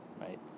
right